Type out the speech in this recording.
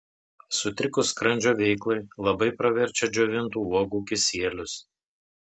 sutrikus skrandžio veiklai labai praverčia džiovintų uogų kisielius